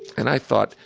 and i thought,